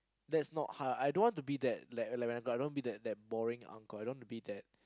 that's not how I don't want to be that like like I don't want to be that that boring uncle I don't want to be that